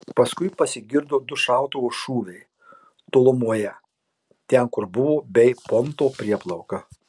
paskui pasigirdo du šautuvo šūviai tolumoje ten kur buvo bei pointo prieplauka